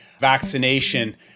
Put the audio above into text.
vaccination